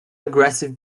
aggressive